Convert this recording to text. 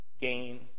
gain